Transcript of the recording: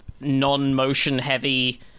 non-motion-heavy